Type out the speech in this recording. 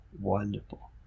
wonderful